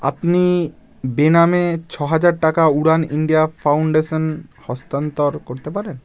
আপনি বেনামে ছ হাজার টাকা উড়ান ইন্ডিয়া ফাউন্ডেশন হস্তান্তর করতে পারেন